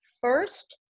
First